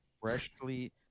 Freshly